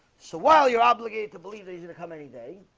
so while you're obligated to believe that is gonna come any day,